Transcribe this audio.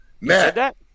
Matt